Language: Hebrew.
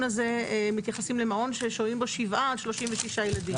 הזה מתייחסים למעון ששוהים בו 7 עד 36 ילדים.